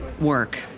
work